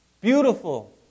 Beautiful